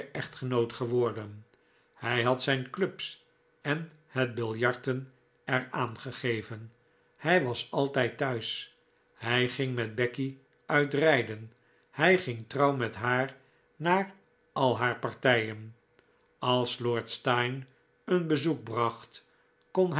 echtgenoot geworden hij had zijn clubs en het biljarten er aan gegeven hij was altijd thuis hij ging met becky uit rijden hij ging trouw met haar naar al haar partijen als lord steyne een bezoek bracht kon